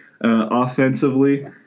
offensively